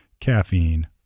caffeine